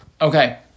okay